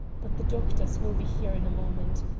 but the doctors will be here in a moment.